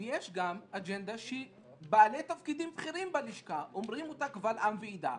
יש גם אג'נדה שבעלי תפקידים בכירים בלשכה אומרים אותה קבל עם ועדה.